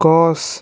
গছ